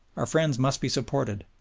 our friends must be supported,